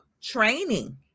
training